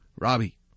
Robbie